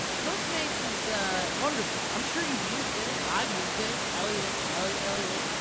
postmates is wonderful. i'm sure you've used it. i've used it, elliott, elliot, elliott.